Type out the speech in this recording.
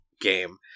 game